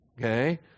Okay